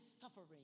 suffering